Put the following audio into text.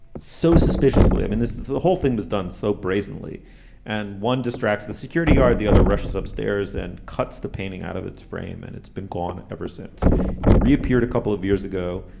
so suspiciously. i mean, this is the whole thing was done so brazenly and one distracts the security guard, the other rushes upstairs and cuts the painting out of its frame. and it's been gone ever since it reappeared a couple of years ago.